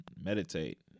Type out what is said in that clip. meditate